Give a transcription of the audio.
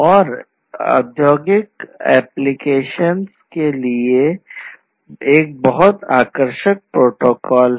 और यह औद्योगिक अनुप्रयोग के लिए एक बहुत ही आकर्षक प्रोटोकॉल है